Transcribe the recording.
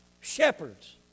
Shepherds